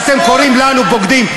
כשאתם קוראים לנו בוגדים.